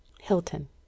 Hilton